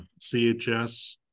CHS